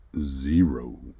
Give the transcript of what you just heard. Zero